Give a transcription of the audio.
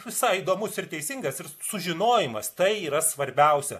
visai įdomus ir teisingas ir sužinojimas tai yra svarbiausia